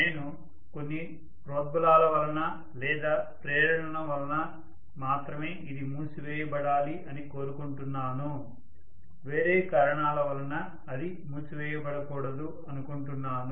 నేను కొన్ని ప్రోద్బలాల వలన లేదా ప్రేరణల వలన మాత్రమే ఇది మూసివేయబడాలి అని కోరుకుంటున్నాను వేరే కారణాల వలన అది మూసివేయబడకూడదు అనుకుంటున్నాను